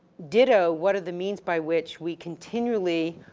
ditto, what are the means by which we continually,